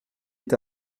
est